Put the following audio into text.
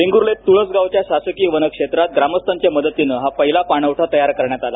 वेंगुर्लेत तुळस गावच्या शासकीय वनक्षेत्रात ग्रामस्थांच्या मदतीन हा पहिला पाणवठा तयार करण्यात आला